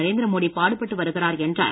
நரேந்திர மோடி பாடுபட்டு வருகிறார் என்றார்